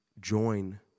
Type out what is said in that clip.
join